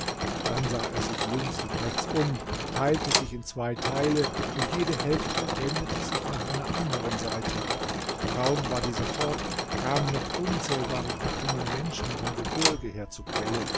dann sah er sich links und rechts um teilte sich in zwei teile und jede hälfte wendete sich nach einer anderen seite kaum war dieser fort kamen noch unzählbare gattungen menschen vom gebirge her zur quelle